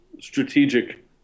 strategic